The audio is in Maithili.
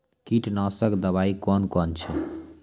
कीटनासक दवाई कौन कौन हैं?